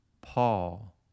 Paul